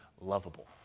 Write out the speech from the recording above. lovable